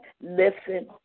listen